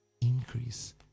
increase